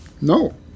No